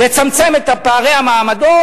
לצמצם את פערי המעמדות.